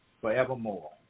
forevermore